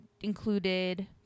included